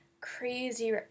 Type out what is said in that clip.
crazy